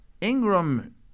Ingram